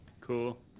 Cool